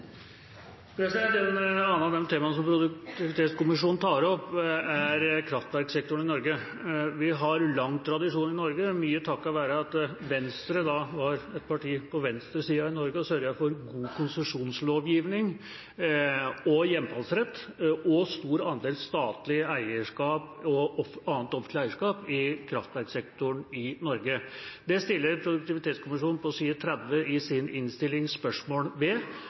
kraftverksektoren i Norge. Her har vi lange tradisjoner i Norge, mye takket være at Venstre var et parti på venstresiden i Norge og sørget for god konsesjonslovgivning, hjemfallsrett og stor andel statlig og annet offentlig eierskap i kraftverksektoren i Norge. Det stiller Produktivitetskommisjonen på side 37 i sin rapport spørsmål ved,